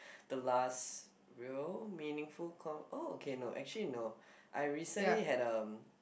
the last real meaningful con~ oh okay no actually no I recently had a